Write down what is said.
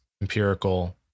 empirical